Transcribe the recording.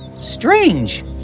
Strange